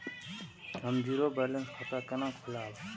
हम zero balance खाता केना खोलाब?